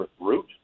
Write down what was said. route